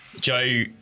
Joe